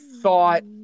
thought